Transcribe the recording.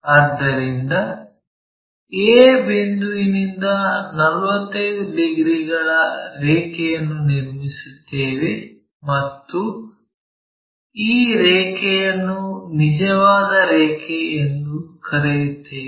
ಆದ್ದರಿಂದ a ಬಿಂದುವಿನಿಂದ 45 ಡಿಗ್ರಿಗಳ ರೇಖೆಯನ್ನು ನಿರ್ಮಿಸುತ್ತೇವೆ ಮತ್ತು ಈ ರೇಖೆಯನ್ನು ನಿಜವಾದ ರೇಖೆ ಎಂದು ಕರೆಯುತ್ತೇವೆ